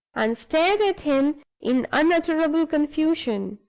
and stared at him in unutterable confusion.